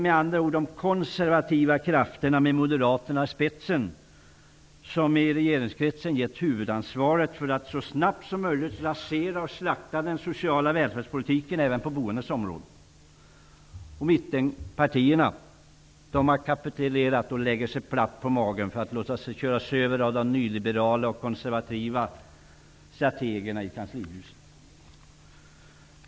Med andra ord är det de konservativa krafterna, med Moderaterna i spetsen, som i regeringskretsen getts huvudansvaret för att så snabbt som möjligt rasera och slakta den sociala välfärdspolitiken, även på boendets område. Mittenpartierna har kapitulerat och lägger sig platt på magen för att låta sig köras över av de nyliberala och konservativa strategerna i kanslihuset.